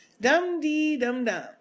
Dum-dee-dum-dum